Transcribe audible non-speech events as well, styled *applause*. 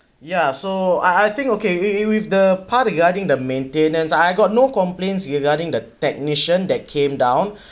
ya so I I think okay if~ if with the part regarding the maintenance I got no complaints regarding the technician that came down *breath*